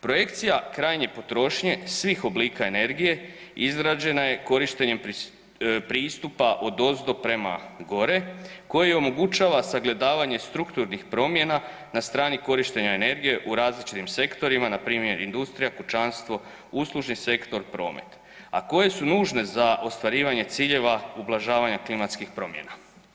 Projekcija krajnje potrošnje svih oblika energije izrađena je korištenjem pristupa odozdo prema gore koji omogućava sagledavanje strukturnih promjerna na strani korištenja energije u različitim sektorima npr. industrija, kućanstvo, uslužni sektor, promet, a koje su nužne za ostvarivanje ciljeva ublažavanja klimatskih promjena.